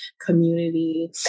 community